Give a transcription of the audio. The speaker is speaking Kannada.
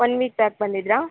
one week back ಬಂದಿದ್ರಾ